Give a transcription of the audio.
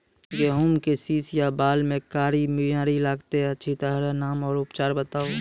गेहूँमक शीश या बाल म कारी बीमारी लागतै अछि तकर नाम आ उपचार बताउ?